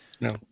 No